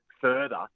further